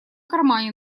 кармане